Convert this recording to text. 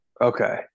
Okay